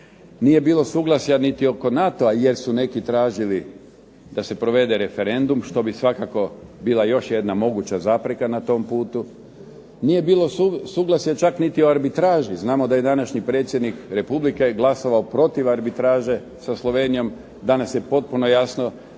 Nije bilo suglasja niti oko NATO-a, jer su neki tražili da se provede referendum, što bi svakako bila još jedna moguća zapreka na tom putu. Nije bilo suglasja čak niti o arbitraži. Znamo da je današnji predsjednik Republike glasovao protiv arbitraže sa Slovenijom, danas je potpuno jasno